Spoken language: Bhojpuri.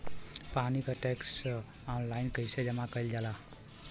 पानी क टैक्स ऑनलाइन कईसे जमा कईल जाला?